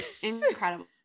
Incredible